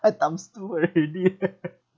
now times two already eh